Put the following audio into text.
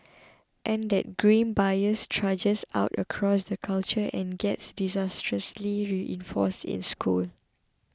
and that grim bias trudges out across the culture and gets disastrously reinforced in schools